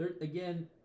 Again